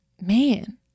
man